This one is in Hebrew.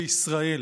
בישראל.